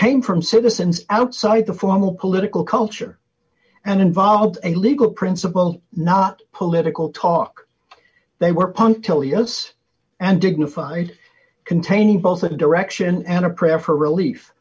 came from citizens outside the formal political culture and involved a legal principle not political talk they were pantelion us and dignified containing both a direction and a prayer for relief